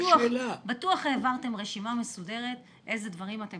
בטוח העברתם רשימה מסודרת איזה דברים אתם